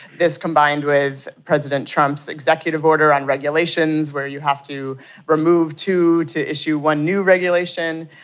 this combined with president trump's executive order on regulations where you have to remove two to issue one new regulation.